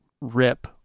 rip